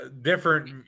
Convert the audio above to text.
different